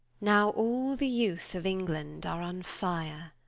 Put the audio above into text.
now all the youth of england are on fire,